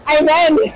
Amen